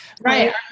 Right